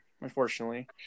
unfortunately